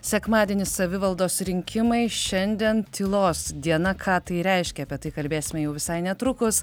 sekmadienį savivaldos rinkimai šiandien tylos diena ką tai reiškia apie tai kalbėsime jau visai netrukus